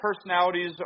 personalities